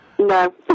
No